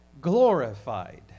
glorified